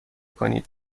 کنید